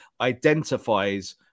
identifies